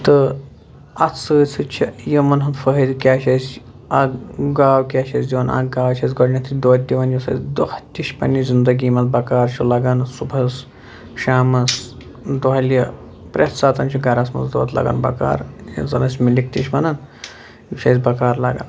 تہٕ اتھ سۭتۍ سۭتۍ چھِ یِمن ہُنٛد فٲیدٕ کیٛاہ چھُ اسہِ اکھ گاو کیٛاہ چھِ اسہِ دِوان اکھ گاو چھِ اسہِ گۄڈٕنٮ۪تھٕے دۄد دِوان یُس اسہِ دۄہ دِشہِ پننہِ زندگی منٛز بقار چھُ لگان صُبحس شامس دۄہلہِ پرٛٮ۪تھ ساتن چھُ گرس منٛز دۄد لگان بقار یتھ زن أسۍ مِلِک تہِ چھِ ونان یہِ چھُ اسہِ بقار لگان